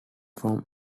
from